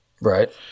right